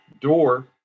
door